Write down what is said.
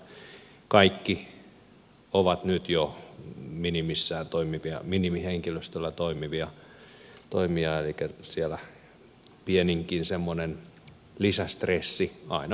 kaikki ovat jo nyt minimihenkilöstöllä toimivia elikkä siellä pieninkin semmoinen lisä stressi aina vaikuttaa lopputulokseen